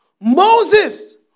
Moses